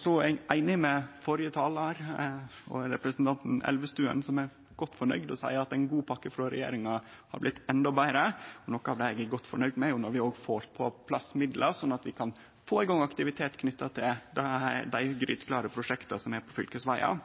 Så er eg eining med førre talar, representanten Elvestuen, som er godt fornøgd og seier at ei god pakke frå regjeringa har blitt endå betre. Noko av det eg er godt fornøgd med, er når vi òg får på plass midlar så vi kan få i gang aktivitet knytt til dei gryteklare prosjekta som er på fylkesvegar,